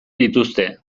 dituzte